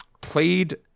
Played